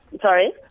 Sorry